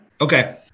Okay